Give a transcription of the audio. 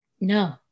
No